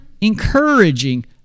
encouraging